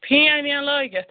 fan وین لٲگِتھ